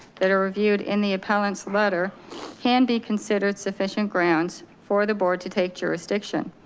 that are reviewed in the appellant's letter handy, considered sufficient grounds for the board to take jurisdiction.